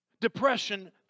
Depression